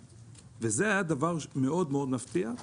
וזה היה דבר מפתיע מאוד.